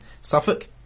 Suffolk